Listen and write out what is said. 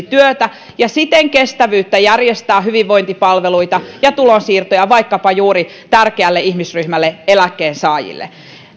työtä ja olisi siten kestävyyttä järjestää hyvinvointipalveluita ja tulonsiirtoja vaikkapa juuri tärkeälle ihmisryhmälle eläkkeensaajille